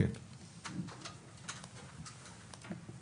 שלוש דקות.